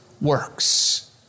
works